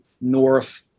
north